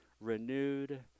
renewed